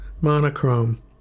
monochrome